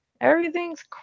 everything's